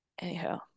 Anyhow